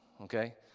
okay